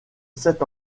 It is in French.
sept